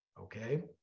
Okay